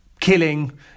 killing